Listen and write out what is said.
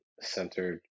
centered